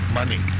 money